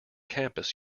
campus